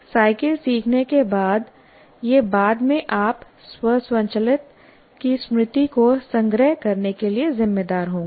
cycle सीखने के बाद या बाद में आप स्वचालित संचलन की स्मृति को संग्रह करने के लिए जिम्मेदार होंगे